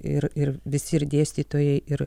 ir ir visi ir dėstytojai ir